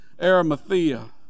Arimathea